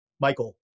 Michael